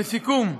לסיכום,